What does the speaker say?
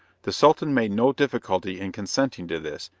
the sultan made no difficulty in consenting to this,